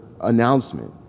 announcement